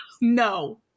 No